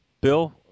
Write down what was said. Bill